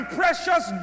precious